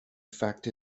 effect